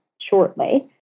shortly